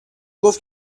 گفت